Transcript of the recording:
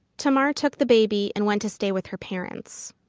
tamar took the baby and went to stay with her parents.